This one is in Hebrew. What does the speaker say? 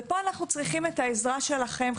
פה אנחנו צריכים את העזרה שלכם,